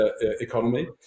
economy